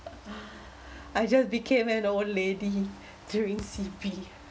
I just became an old lady during C_B